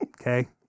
Okay